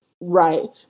Right